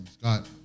Scott